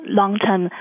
long-term